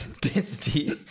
Density